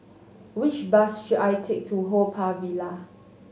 which bus should I take to Haw Par Villa